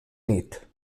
nit